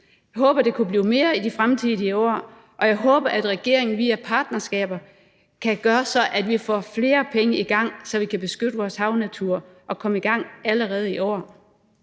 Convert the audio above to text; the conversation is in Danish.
Vi håber, at det kunne blive mere i de fremtidige år, og jeg håber, at regeringen via partnerskaber kan gøre, at vi får flere penge i gang, så vi kan beskytte vores havnatur og komme i gang allerede i år.